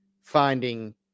finding